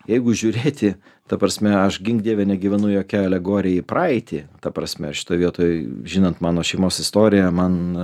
jeigu žiūrėti ta prasme aš gink dieve negyvenu jokia alegorija į praeitį ta prasme šitoj vietoj žinant mano šeimos istoriją man